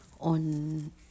on